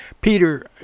Peter